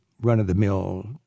run-of-the-mill